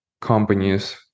companies